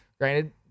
granted